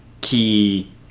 key